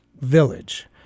village